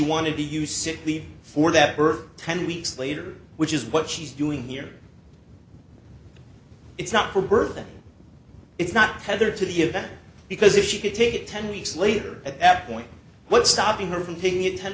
wanted to use it for that her ten weeks later which is what she's doing here it's not her birthday it's not tethered to the event because if she could take it ten weeks later at that point what's stopping her from taking it ten